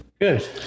good